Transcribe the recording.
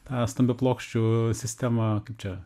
tą stambiaplokščių sistemą čia